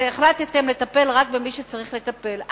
אז החלטתם לטפל רק במי שצריך לטפל.